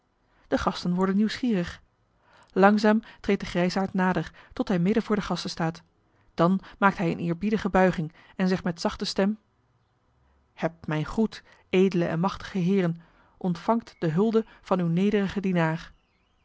de gasten worden nieuwsgierig langzaam treedt de grijsaard nader tot hij midden voor de gasten staat dan maakt hij eene eerbiedige buiging en zegt met zachte stem hebt mijn groet edele en machtige heeren ontvangt de hulde van uw nederigen dienaar